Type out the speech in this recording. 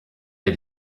der